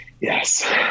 yes